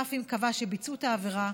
אף אם קבע שביצעו את העבירה,